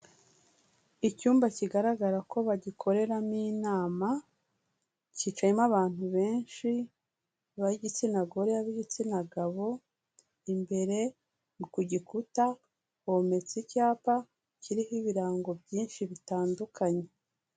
Icyumba kigaragara ko bagikoreramo inama, cyicayemo abantu benshi b'igitsina gore, ab'igitsina gabo. Imbere ni ku gikuta hometse icyapa kiriho ibirango byinshi bitandukanye.